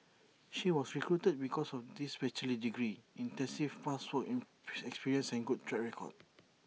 she was recruited because of this bachelor's degree extensive past work in experience and good track record